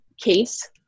case